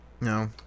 No